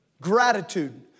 Gratitude